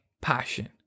passion